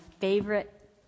favorite